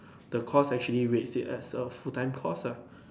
the course actually rates it as a full time course ah